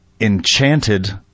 Enchanted